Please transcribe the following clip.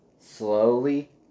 Slowly